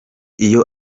iyo